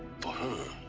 for her.